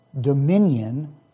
dominion